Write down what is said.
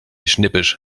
schnippisch